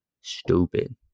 stupid